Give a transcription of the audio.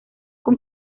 con